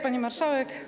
Pani Marszałek!